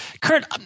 Kurt